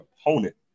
opponent